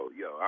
yo